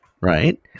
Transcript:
right